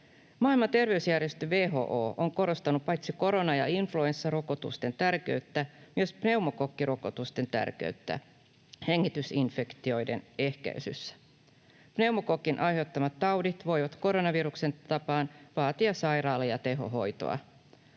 Maailman terveysjärjestö WHO on korostanut paitsi korona- ja influenssarokotusten tärkeyttä myös pneumokokkirokotusten tärkeyttä hengitysinfektioiden ehkäisyssä. Pneumokokin aiheuttamat taudit voivat koronaviruksen tapaan vaatia sairaala- ja tehohoitoa.